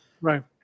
Right